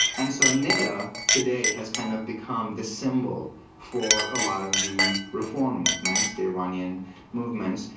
and so neda, today, has kind of become the symbol for a lot of the reform movements, the iranian movements.